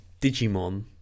Digimon